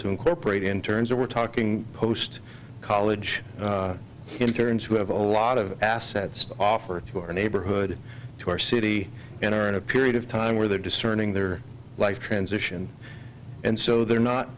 to incorporate in terms of we're talking post college interns who have a lot of assets to offer to our neighborhood to our city and are in a period of time where they're discerning their life transition and so they're not